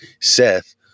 Seth